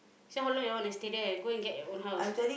say how long you all wanna stay there go and get your own house